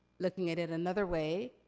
looking at it another way,